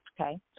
okay